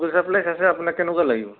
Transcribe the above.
school supplies আছে আপোনাক কেনেকুৱা লাগিব